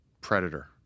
Predator